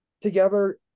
together